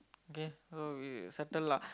okay all of it settle lah